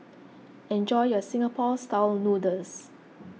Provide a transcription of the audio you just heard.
enjoy your Singapore Style Noodles